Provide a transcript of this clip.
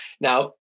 now